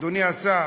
אדוני השר,